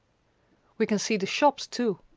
we can see the shops too.